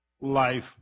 life